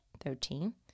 Thirteen